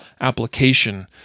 application